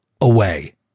away